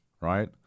right